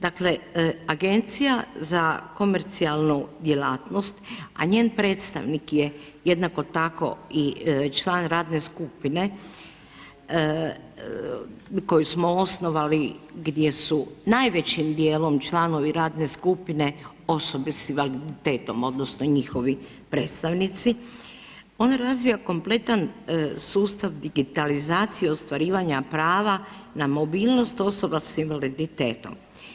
Dakle, Agencija za komercijalnu djelatnost, a njen predstavnik je jednako tako i član radne skupine koju smo osnovali gdje su najvećim djelom članovi radne skupine osobe sa invaliditetom odnosno njihovi predstavnici, on je razvio kompletan sustav digitalizacije ostvarivanja prava na mobilnost osoba sa invaliditetom.